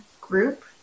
group